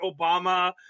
Obama